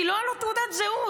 כי לא הייתה לו תעודת זהות?